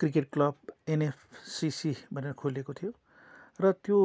cricket club NFCC भनेर खोलिएको थियो र त्यो